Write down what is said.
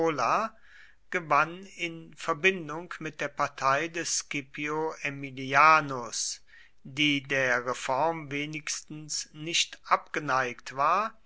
gewann in verbindung mit der partei des scipio aemilianus die der reform wenigstens nicht abgeneigt war